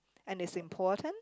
and is important